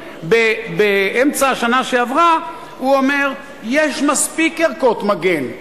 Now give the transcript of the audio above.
באמצע השנה שעברה: יש מספיק ערכות מגן.